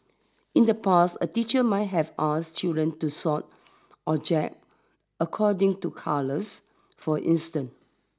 in the past a teacher might have asked children to sort object according to colours for instance